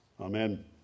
Amen